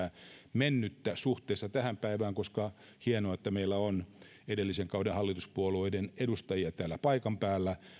mennyttä suhteessa tähän päivään koska meillä on hienoa edellisen kauden hallituspuolueiden edustajia täällä paikan päällä